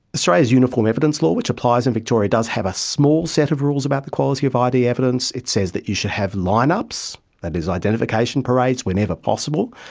australia's uniform evidence law, which applies in victoria, does have a small set of rules about the quality of id evidence. it says that you should have lineups, that is identification parades, whenever possible.